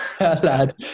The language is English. lad